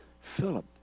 Philip